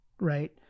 Right